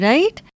Right